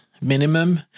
minimum